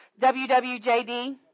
WWJD